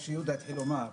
מה שיהודה התחיל לומר,